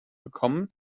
gekommen